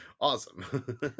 Awesome